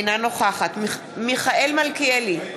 אינה נוכחת מיכאל מלכיאלי,